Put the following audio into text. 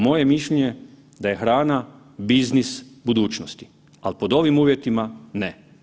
Moje mišljenje je da je hrana biznis budućnosti, ali pod ovim uvjetima ne.